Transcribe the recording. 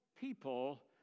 people